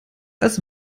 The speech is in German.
als